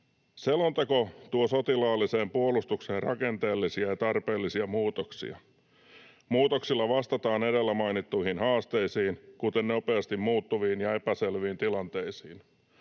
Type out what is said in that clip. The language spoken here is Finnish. Selonteko tuo sotilaalliseen puolustukseen rakenteellisia ja tarpeellisia muutoksia. Muutoksilla vastataan edellä mainittuihin haasteisiin, kuten nopeasti muuttuviin ja epäselviin tilanteisiin.